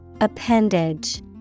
Appendage